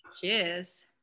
Cheers